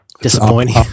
Disappointing